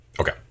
Okay